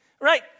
Right